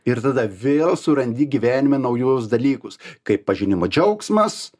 ir tada vėl surandi gyvenime naujus dalykus kaip pažinimo džiaugsmas